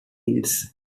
builds